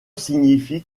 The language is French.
signifie